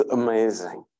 amazing